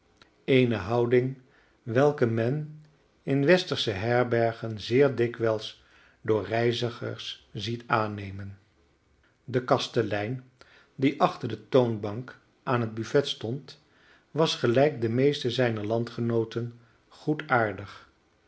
schoorsteenmantel eene houding welke men in westersche herbergen zeer dikwijls door reizigers ziet aannemen de kastelein die achter de toonbank aan het buffet stond was gelijk de meeste zijner landgenooten